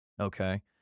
Okay